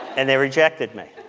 and they rejected me.